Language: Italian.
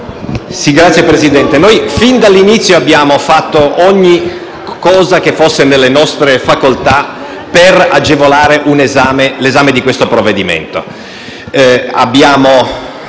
Signor Presidente, noi, fin dall'inizio, abbiamo fatto ogni cosa che fosse nelle nostre facoltà per agevolare l'esame di questo provvedimento. Abbiamo